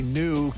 new